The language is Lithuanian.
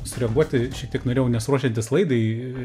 sureaguoti šiek tiek norėjau nes ruošiantis laidai